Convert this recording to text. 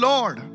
Lord